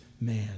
man